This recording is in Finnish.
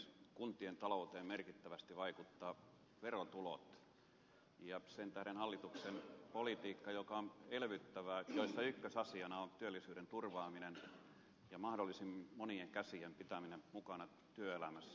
kun tien talouteen merkittävästi vaikuttavat verotulot ja sen tähden hallituksen politiikassa joka on elvyttävää ykkösasiana on työllisyyden turvaaminen ja mahdollisimman monien käsien pitäminen mukana työelämässä